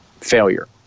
failure